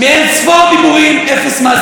מאין-ספור דיבורים אפס מעשים.